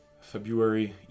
February